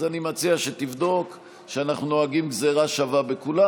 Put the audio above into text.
אז אני מציע שתבדוק שאנחנו נוהגים גזרה שווה בכולם.